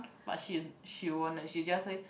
but she she won't leh she just say